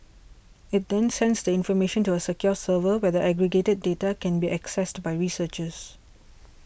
it then sends the information to a secure server where the aggregated data can be accessed by researchers